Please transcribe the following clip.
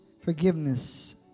forgiveness